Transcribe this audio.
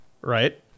Right